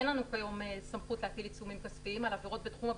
אין לנו היום סמכות להטיל עיצומים כספיים על עבירות בתחום הבטיחות,